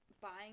buying